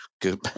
Good